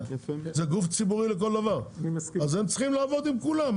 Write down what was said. זה גוף ציבורי לכל דבר ולכן הם צריכים לעבוד עם כולם.